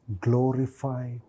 glorify